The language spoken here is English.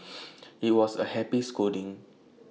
IT was A happy scolding